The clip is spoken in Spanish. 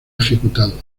ejecutado